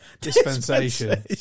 Dispensation